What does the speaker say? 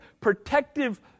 protective